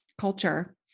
culture